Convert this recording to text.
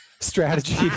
strategy